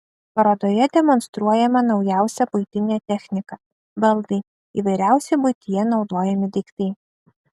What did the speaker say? parodoje demonstruojama naujausia buitinė technika baldai įvairiausi buityje naudojami daiktai